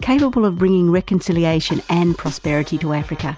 capable of bringing reconciliation and prosperity to africa